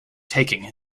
taking